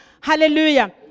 Hallelujah